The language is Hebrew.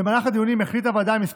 במהלך הדיונים החליטה הוועדה על כמה